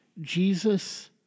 Jesus